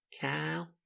cow